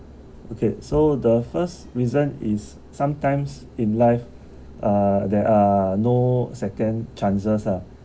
okay so the first reason is sometimes in life uh there are no second chances ah